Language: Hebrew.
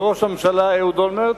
וראש הממשלה אהוד אולמרט,